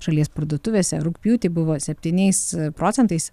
šalies parduotuvėse rugpjūtį buvo septyniais procentais